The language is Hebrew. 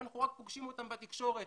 אנחנו רק פוגשים אותם בתקשורת